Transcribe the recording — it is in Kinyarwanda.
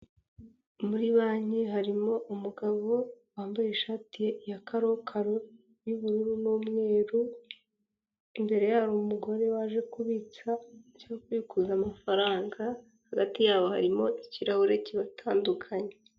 Muri banki harimo umugabo wambaye ishati ya karokaro y'ubururu n'umweru, imbere ye hari umugore waje kubitsa ndetse no kubikuza amafaranga hagati yabo harimo ikirahure kibatandukanya.